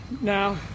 Now